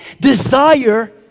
desire